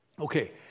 Okay